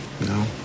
No